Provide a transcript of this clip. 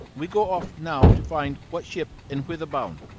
we go off now to find what ship, and whither bound